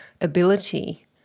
ability